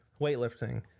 weightlifting